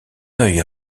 œil